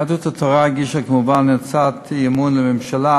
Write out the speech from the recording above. יהדות התורה הגישה כמובן הצעת אי-אמון בממשלה,